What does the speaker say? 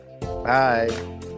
Bye